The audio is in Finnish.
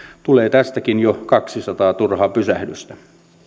tulee tästäkin jo kaksisataa turhaa pysähdystä